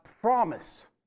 promise